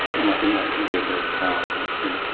and i think that can be a very powerful experience.